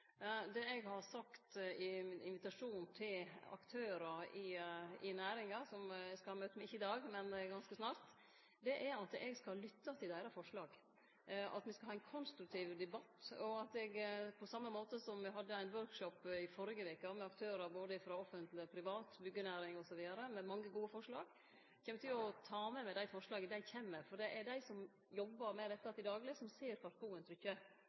Det eg har sagt i invitasjonen til aktørar i næringa – som eg ikkje skal ha møte med i dag, men ganske snart – er at eg skal lytte til deira forslag, at me skal ha ein konstruktiv debatt. På same måte som då me hadde ein «workshop» i førre veke, med aktørar både frå det offentlege og det private, frå byggenæring osv., med mange gode forslag, kjem eg til å ta med meg dei forslaga dei kjem med. For det er dei som jobbar med dette til dagleg, som ser kvar